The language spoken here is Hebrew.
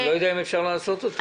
אני לא יודע אם אפשר לעשות את זה.